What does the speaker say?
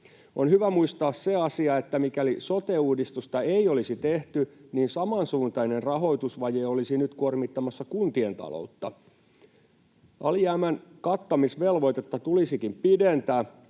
On hyvä muistaa se asia, että mikäli sote-uudistusta ei olisi tehty, niin samansuuntainen rahoitusvaje olisi nyt kuormittamassa kuntien taloutta. Alijäämän kattamisvelvoitetta tulisikin pidentää.